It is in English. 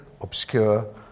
obscure